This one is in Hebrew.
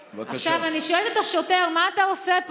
עכשיו, אני שואלת את השוטר: מה אתה עושה פה?